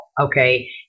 okay